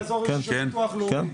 אנחנו באזור אישי של הביטוח הלאומי,